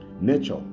Nature